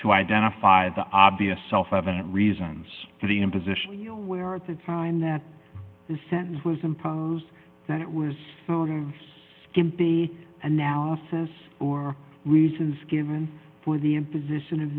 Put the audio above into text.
to identify the obvious self evident reasons for the imposition where at the time that the sentence was imposed that it was selling skimpy analysis or reasons given for the imposition of